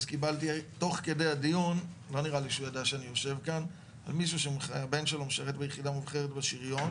פניה מישהו שהבן שלו משרת ביחידה מובחרת בשריון